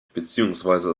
beziehungsweise